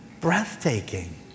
breathtaking